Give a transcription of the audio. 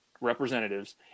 representatives